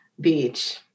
Beach